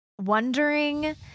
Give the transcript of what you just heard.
wondering